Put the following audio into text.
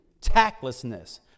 tactlessness